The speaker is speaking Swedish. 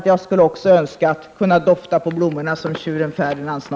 Jag skulle dock önska att jag snart får lukta på blommorna, som tjuren Ferdinand.